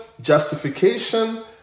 justification